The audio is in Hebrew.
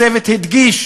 הצוות הדגיש